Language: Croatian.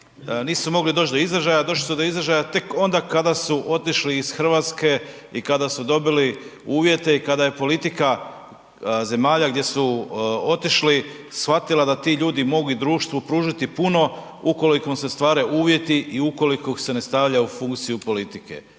došli su do izražaja, došli su do izražaja tek onda kada su otišli iz Hrvatske i kada su dobili uvjete i kada je politika zemalja gdje su otišli shvatila da ti ljudi mogu i društvu pružiti puno ukoliko im se stvore uvjeti i ukoliko ih se ne stavlja u funkciju politike.